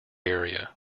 area